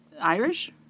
Irish